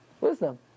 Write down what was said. wisdom